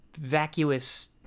vacuous